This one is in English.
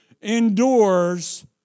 endures